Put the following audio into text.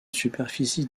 superficie